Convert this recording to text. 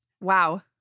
Wow